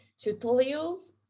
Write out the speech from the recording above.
tutorials